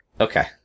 Okay